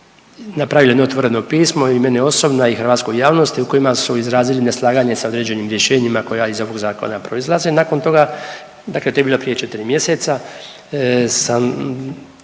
napravilo jedno osobno pismo i meni osobno, a i hrvatskoj javnosti u kojima su izrazili neslaganje sa određenim rješenjima koja iz ovog zakona proizlaze. Nakon toga, dakle to je bilo prije 4 mjeseca sam